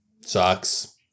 Sucks